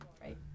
right